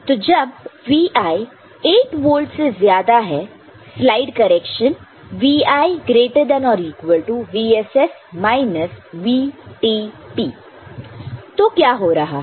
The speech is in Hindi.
तो जब Vi 8 वोल्ट से ज्यादा है slide correction Vi ≥ VSS VT तो क्या हो रहा है